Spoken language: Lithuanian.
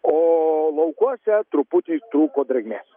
o laukuose truputį trūko drėgmės